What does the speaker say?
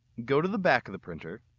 go to the back of the printer.